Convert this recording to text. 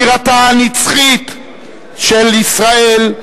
בירתה הנצחית של ישראל,